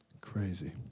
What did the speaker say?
crazy